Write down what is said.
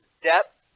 depth